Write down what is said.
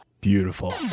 Beautiful